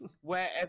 wherever